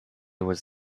was